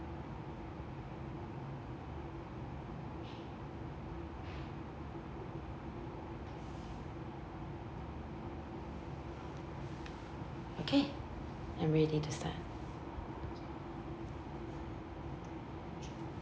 okay I'm ready to start